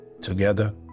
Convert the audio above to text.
together